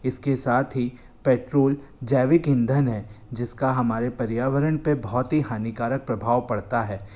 इसके साथ ही पेट्रोल जैविक ईंधन है जिसका हमारे पर्यावरण पर बहुत ही हानिकारक प्रभाव पड़ता है